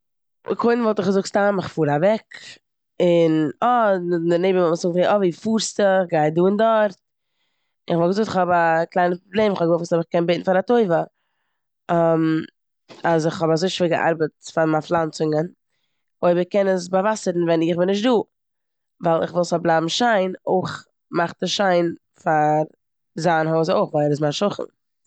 קודם וואלט איך געזאגט סתם איך פאר אוועק און, אה- די נעיבער וואלט מסתמא געפרעגט "אה, ווי פארסטו" "כ'גיי דא און דארט" און איך וואלט געזאגט איך האב א קליינע פראבלעם כ'האב געוואלט וויסן אויב איך קען בעטן פאר א טובה. אז איך האב אזוי שווער געארבעט פאר מייין פלאנצונגען אויב ער קען עס באוואסערן ווען איך בין נישט דא, ווייל כ'וויל ס'זאל בלייבן שיין. אויך מאכט עס שיין פאר זיין הויז אויך ווייל ער איז מיין שכן.